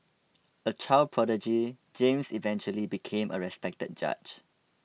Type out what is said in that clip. a child prodigy James eventually became a respected judge